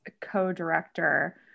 co-director